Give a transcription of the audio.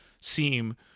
seem